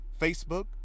Facebook